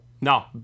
no